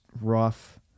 rough